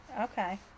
Okay